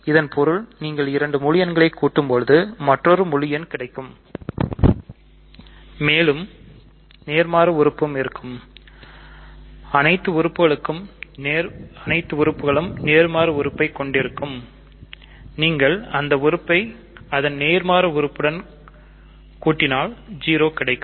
இதன் பொருள் நீங்கள் இரண்டு முழு எண்களை கூட்டும் பொது மற்றுமொரு முழு எண் கிடைக்கும் மேலும் நேர்மாறு உறுப்புடன் கூட்டினால் 0 கிடைக்கும்